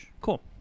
Cool